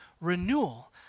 renewal